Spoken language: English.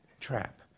trap